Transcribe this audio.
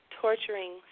torturing